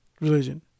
religion